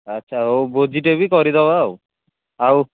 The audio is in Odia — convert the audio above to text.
ଆଚ୍ଛା ହଉ ଭୋଜିଟେ ବି କରିଦେବା ଆଉ